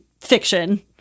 fiction